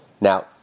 Now